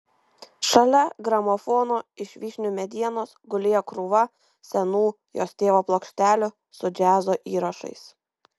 šalia gramofono iš vyšnių medienos gulėjo krūva senų jos tėvo plokštelių su džiazo įrašais